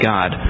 God